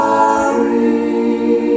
Sorry